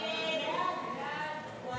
הסתייגות 72 לא נתקבלה.